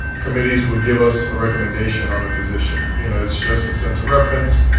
committees would give us a recommendation on the position. you know it's just a sense of reference.